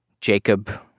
Jacob